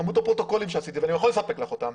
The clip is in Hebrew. כמות הפרוטוקולים שעשיתי ואני יכול לספק לך אותם,